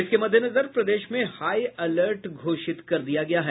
इसके मद्देनजर प्रदेश में हाई अलर्ट घोषित कर दिया गया है